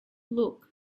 look